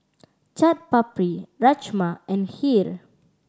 Chaat Papri Rajma and Kheer